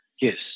Yes